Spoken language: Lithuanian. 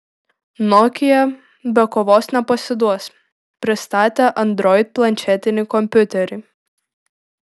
nokia be kovos nepasiduos pristatė android planšetinį kompiuterį